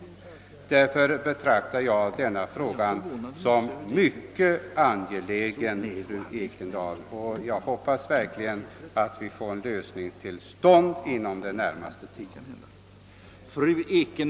Därför betraktar jag denna fråga som mycket angelägen, fru Ekendahl, och jag hoppas verkligen att vi får till stånd en lösning av problemet inom den närmaste tiden.